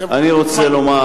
אני רוצה לומר,